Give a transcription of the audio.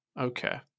Okay